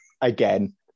Again